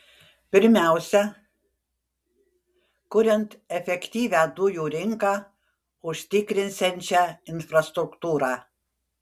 pirmiausia kuriant efektyvią dujų rinką užtikrinsiančią infrastruktūrą